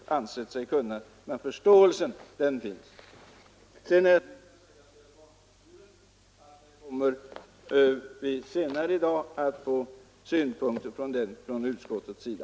Vad barnkulturen beträffar vill jag nämna att synpunkter senare i dag kommer att framföras från utskottets sida.